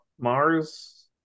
Mars